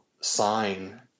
sign